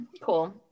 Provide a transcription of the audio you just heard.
Cool